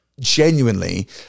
genuinely